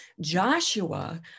Joshua